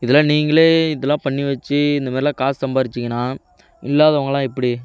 இதெல்லாம் நீங்களே இதெல்லாம் பண்ணி வச்சு இந்தமாரிலான் காசு சம்பாதிச்சிங்கன்னா இல்லாதவங்கள்லாம் எப்படி